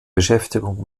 beschäftigung